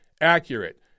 accurate